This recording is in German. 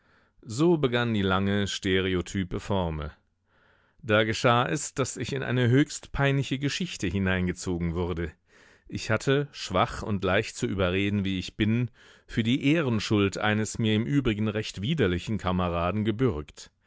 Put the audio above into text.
so begann die lange stereotype formel da geschah es daß ich in eine höchst peinliche geschichte hineingezogen wurde ich hatte schwach und leicht zu überreden wie ich bin für die ehrenschuld eines mir im übrigen recht widerlichen kameraden gebürgt